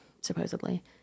supposedly